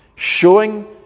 showing